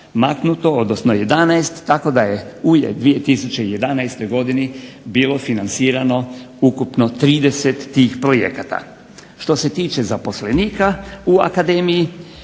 maknuto, odnosno 11 tako da je u 2011. godini bilo financirano ukupno 30 tih projekata. Što se tiče zaposlenika u akademiji